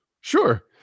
Sure